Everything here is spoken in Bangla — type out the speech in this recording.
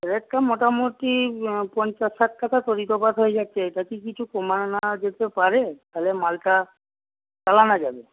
রেটটা মোটামুটি পঞ্চাশ ষাট হয়ে যাচ্ছে তাতে কিছু কমানো যেতে পারে তাহলে মালটা চালানো যাবে